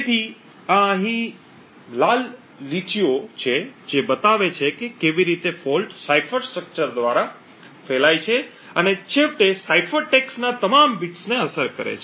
તેથી આ અહીં લાલ લીટીઓ છે જે બતાવે છે કે કેવી રીતે દોષ સાયફર સ્ટ્રક્ચર દ્વારા ફેલાય છે અને છેવટે સાઇફર ટેક્સ્ટના તમામ બીટ્સને અસર કરે છે